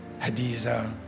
Hadiza